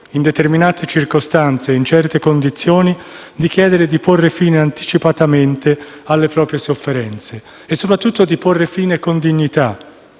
in determinate circostanze e in certe condizioni, chiedere di porre fine anticipatamente alle proprie sofferenze e soprattutto di porvi fine con dignità.